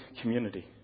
community